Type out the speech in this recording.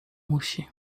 musi